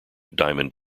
diamond